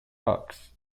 bugs